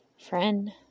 friend